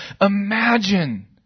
Imagine